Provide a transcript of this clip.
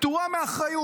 היא פטורה מאחריות.